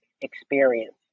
experience